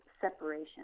separation